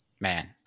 man